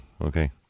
Okay